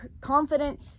confident